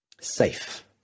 safe